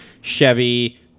Chevy